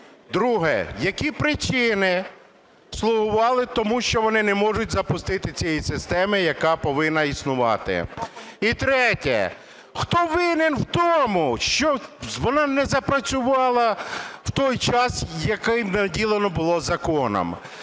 Друге. Які причини слугували тому, що вони не можуть запустити цю систему, яка повинна існувати. І третє. Хто винен в тому, що вона не запрацювала в той час, який наділено було законом,